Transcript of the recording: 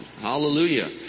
Hallelujah